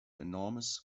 enormous